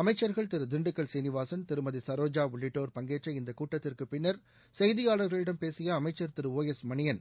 அமைச்சர்கள் திரு திண்டுக்கல் சீனிவாசன் திருமதி சரோஜா உள்ளிட்டோர் பங்கேற்ற இந்தக் கூட்டத்திற்குப் பின்னா் செய்தியாளா்களிடம் பேசிய அமைச்சா் திரு ஓ எஸ் மணியன்